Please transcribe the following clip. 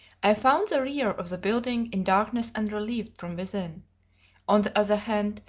i found the rear of the building in darkness unrelieved from within on the other hand,